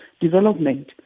development